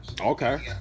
Okay